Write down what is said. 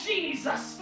Jesus